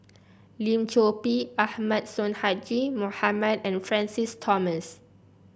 Lim Chor Pee Ahmad Sonhadji Mohamad and Francis Thomas